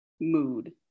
mood